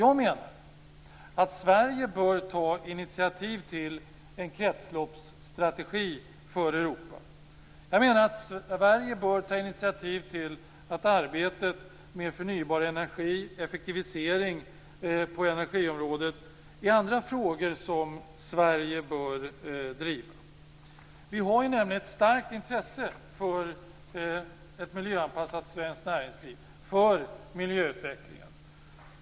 Jag menar att Sverige bör ta initiativ till en kretsloppsstrategi för Europa. Arbetet med förnybar energi och effektivisering på energiområdet är andra frågor som Sverige bör driva. Vi har nämligen ett starkt intresse för ett miljöanpassat svenskt näringsliv, för miljöutveckling.